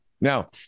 Now